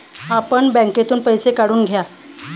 आपण बँकेतून पैसे काढून घ्या